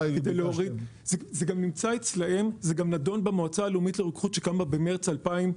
זה גם נמצא אצלם ונדון במועצה הלאומית לרוקחות שקמה במרץ 2022,